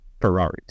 Ferraris